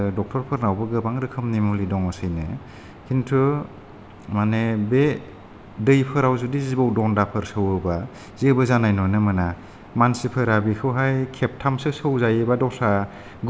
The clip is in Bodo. माने बे दैफोराव जुदि जिबौ दनदा फोर सौयोबा जेबो जानाय नुनो मोना मानसि फोरा बिखौहाय खेबथाम सो सौजायोबा दसरा गुबुन जिबौ फोरा माने सौनो हाया होननानैसो खोनाबावो आरो जोंङो